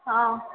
हँ